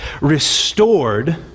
restored